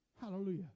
hallelujah